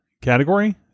category